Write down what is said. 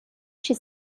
she